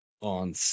on